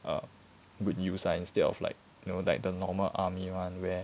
err good use ah instead of like you know like the normal army [one] where